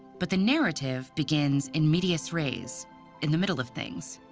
but the narrative begins in medias res in the middle of things.